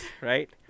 right